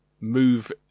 move